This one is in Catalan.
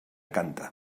canta